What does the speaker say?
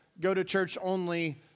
go-to-church-only